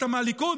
אתה מהליכוד,